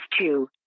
two